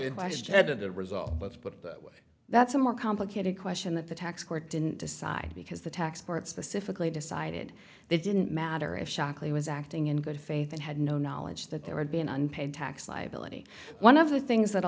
just had the result let's put it that way that's a more complicated question that the tax court didn't decide because the tax part specifically decided they didn't matter if shockley was acting in good faith and had no knowledge that there would be an unpaid tax liability one of the things that a